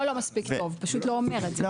הוא לא-לא מספיק טוב הוא פשוט לא אומר את זה.